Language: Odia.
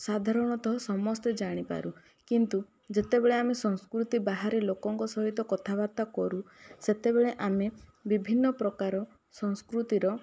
ସାଧାରଣତଃ ସମସ୍ତେ ଜାଣିପାରୁ କିନ୍ତୁ ଯେତେବେଳେ ଆମେ ସଂସ୍କୃତି ବାହାରେ ଲୋକଙ୍କ ସହିତ କଥାବାର୍ତ୍ତା କରୁ ସେତେବେଳେ ଆମେ ବିଭିନ୍ନ ପ୍ରକାର ସଂସ୍କୃତିର